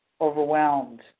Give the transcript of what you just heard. Overwhelmed